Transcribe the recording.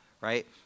right